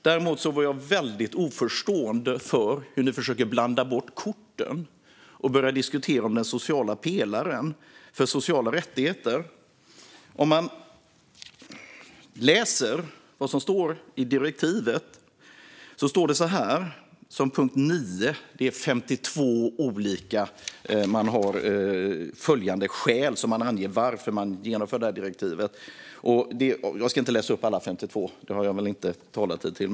Däremot är jag väldigt oförstående inför hur ni försöker blanda bort korten genom att börja diskutera den europeiska pelaren för sociala rättigheter. I direktivet står det så här i punkt 9. Det är 52 olika punkter där man anger skäl till att man genomför direktivet. Jag ska inte läsa upp alla 52, för det har jag väl inte talartid till.